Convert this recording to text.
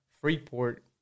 Freeport